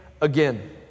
again